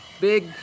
big